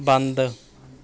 ਬੰਦ